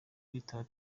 kwitaba